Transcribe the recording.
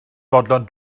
fodlon